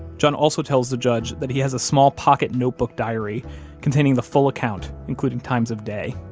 john also tells the judge that he has a small pocket notebook diary containing the full account, including times of day.